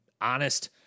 honest